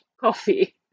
coffee